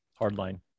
Hardline